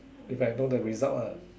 if I know the result lah